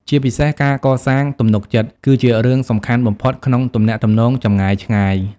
ជាពិសេស ការកសាងទំនុកចិត្ត គឺជារឿងសំខាន់បំផុតក្នុងទំនាក់ទំនងចម្ងាយឆ្ងាយ។